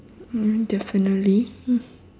ya definitely